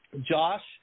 Josh